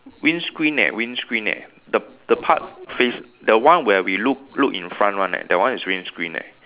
windscreen eh windscreen eh the the part face the one where we look look in front one leh that one is windscreen leh